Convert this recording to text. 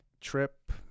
trip